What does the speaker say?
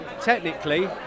technically